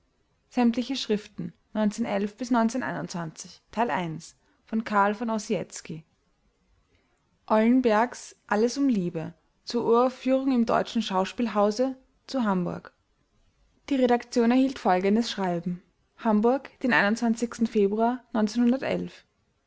eulenbergs alles um liebe zur uraufführung im deutschen schauspielhause zu hamburg die redaktion erhielt folgendes schreiben hamburg den februar